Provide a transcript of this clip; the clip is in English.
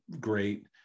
great